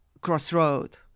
crossroad